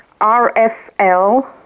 R-F-L